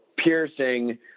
piercing